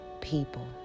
people